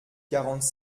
quarante